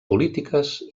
polítiques